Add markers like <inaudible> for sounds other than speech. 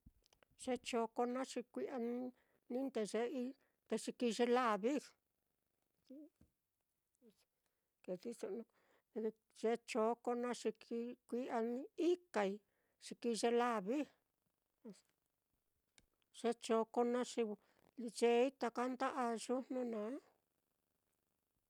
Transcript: Ye choko naá xi kui'a n-ni ndeye'ei, te xi kii ye lavi, <noise> ye choko naá xi ki kui'a ikai xi kii ye lavi <noise> ye choko naá xi yeei taka nda'a yujnu naá.